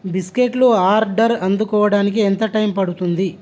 బిస్కెట్లు ఆర్డర్ అందుకోడానికి ఎంత టైమ్ పడుతుంది